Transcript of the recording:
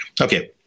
okay